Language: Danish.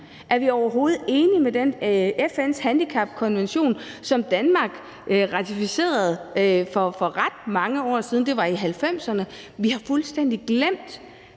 Er vi overhovedet enige i FN's handicapkonvention, som Danmark ratificerede for ret mange år siden? Det var i 1990'erne. Vi har fuldstændig glemt,